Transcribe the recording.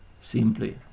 simply